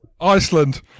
Iceland